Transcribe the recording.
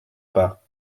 pas